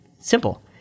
simple